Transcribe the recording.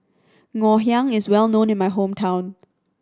Ngoh Hiang is well known in my hometown